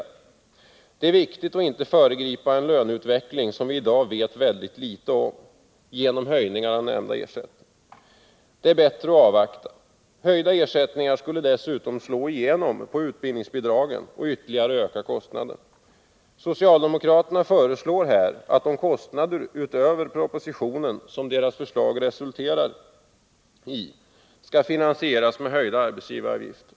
Det är viktigt att inte föregripa en löneutveckling, som vi i dag vet ytterst litet om, genom höjningar av nämnda ersättning. Det är bättre att avvakta. Höjda ersättningar skulle dessutom slå igenom på utbildningsbidragen och ytterligare öka kostnaderna. Socialdemokraterna föreslår här att de kostnader utöver propositionen som deras förslag resulterar i skall finansieras med höjda arbetsgivaravgifter.